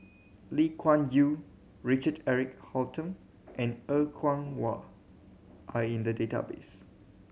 Lee Kuan Yew Richard Eric Holttum and Er Kwong Wah are in the database